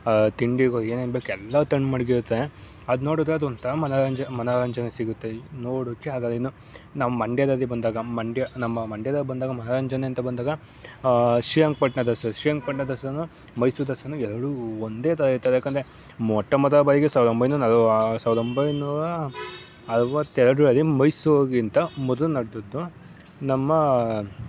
ತಿಂಡಿಗಳು ಏನೇನು ಬೇಕು ಎಲ್ಲ ತಂದು ಮಡಗಿರುತ್ತೆ ಅದು ನೋಡಿದ್ರೆ ಅದು ಒಂಥರ ಮನೋರಂಜ ಮನೋರಂಜನೆ ಸಿಗುತ್ತೆ ನೋಡೋಕೆ ಆಗಲ್ಲ ಇನ್ನು ನಮ್ಮ ಮಂಡ್ಯದಲ್ಲಿ ಬಂದಾಗ ಮಂಡ್ಯ ನಮ್ಮ ಮಂಡ್ಯದಲ್ಲಿ ಬಂದಾಗ ಮನೋರಂಜನೆ ಅಂತ ಬಂದಾಗ ಶ್ರಿರಂಗಪಟ್ಣ ದಸರಾ ಶ್ರೀರಂಗಪಟ್ಣ ದಸರನು ಮೈಸೂರು ದಸರಾನು ಎರಡೂ ಒಂದೇ ಥರ ಇರ್ತದೆ ಯಾಕೆಂದ್ರೆ ಮೊಟ್ಟ ಮೊದಲ ಬಾರಿಗೆ ಸಾವ್ರ್ದ ಒಂಬೈನೂರು ನಲ್ವ ಸಾವ್ರ್ದ ಒಂಬೈನೂರ ಅರ್ವತ್ತ ಎರಡ್ರಲ್ಲಿ ಮೈಸೂರಿಗಿಂತ ಮೊದ್ಲು ನಡೆದದ್ದು ನಮ್ಮ